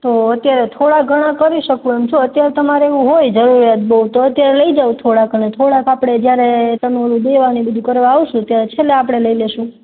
તો અત્યારે થોડા ઘણા કરી શકો એમ છો અત્યારે તમારે એવું હોય જરૂરિયાત બઉ તો અત્યારે લઈ જાઓ થોડાક અને થોડાક આપણે જ્યારે તમે ઓલું દેવા ને એ બીજું કરવા આવશો ત્યારે છેને આપણે લઈ લેશું